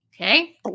Okay